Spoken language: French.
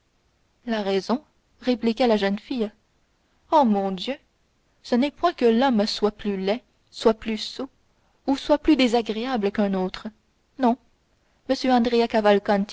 la raison répliqua la jeune fille oh mon dieu ce n'est point que l'homme soit plus laid soit plus sot ou soit plus désagréable qu'un autre non m